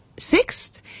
Sixth